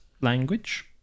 language